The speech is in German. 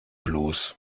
bloß